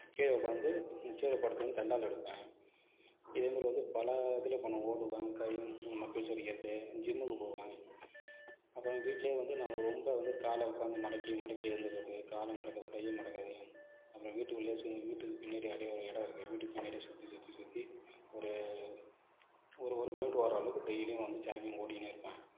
கீழே உட்காந்து கீழே படுத்துக்கின்னு தண்டால் எடுப்பேன் இதே மாதிரி வந்து பல இதில் பண்ணுவேன் ஓடுவேன் கை இந்த மக்குள்ஸ் அடிக்கிறது ஜிம்முக்கு போவேன் அப்புறம் வீட்லே வந்து நான் ரொம்ப வந்து கால உட்காந்து மடக்கி மடக்கி எழுந்துறது காலை மடக்குறது கையை மடக்குறது அப்புறம் வீட்டுக்குள்ளே சும்மா வீட்டுக்கு பின்னாடி அப்படியே ஒரு இடம் இருக்குது வீட்டுக்கு பின்னாடி சுற்றி சுற்றி சுற்றி ஒரு ஒரு ஒரு கிலோ மீட்டர் ஓடுகிற அளவுக்கு டெய்லியும் வந்து ஜாக்கிங் ஓடின்னே இருப்பேன்